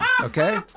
okay